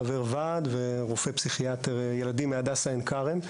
חבר ועד ורופא פסיכיאטר ילדים מהדסה עין-כרם.